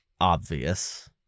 obvious